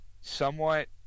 somewhat